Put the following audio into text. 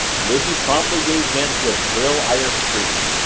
lizzie promptly gave vent to a shrill irish scream.